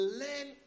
learn